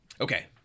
Okay